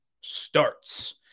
starts